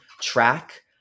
track